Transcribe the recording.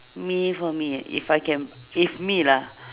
me for me if I can if me lah